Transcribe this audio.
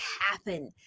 happen